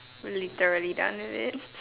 literally done with it